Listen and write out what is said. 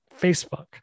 Facebook